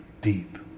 deep